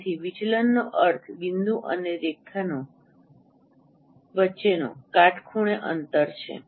તેથી વિચલનનો અર્થ બિંદુ અને રેખા વચ્ચેનો કાટખૂણે અંતર છે